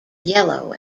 yellow